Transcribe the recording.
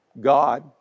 God